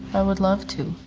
i would love to.